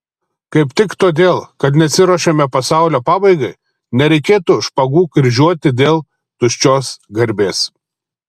kaip tik todėl kad nesiruošiame pasaulio pabaigai nereikėtų špagų kryžiuoti dėl tuščios garbės